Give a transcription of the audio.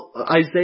Isaiah